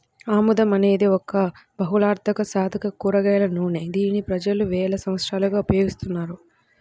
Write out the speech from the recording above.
ఆముదం అనేది ఒక బహుళార్ధసాధక కూరగాయల నూనె, దీనిని ప్రజలు వేల సంవత్సరాలుగా ఉపయోగిస్తున్నారు